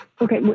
Okay